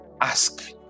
ask